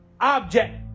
object